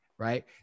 Right